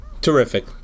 Terrific